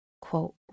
quote